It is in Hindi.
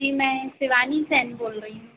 जी मैं शिवानी सेन बोल रही हूँ